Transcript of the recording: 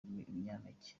binyampeke